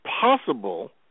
possible